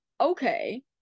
Okay